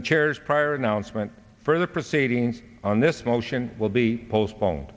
the chairs prior announcement for the proceedings on this motion will be postpone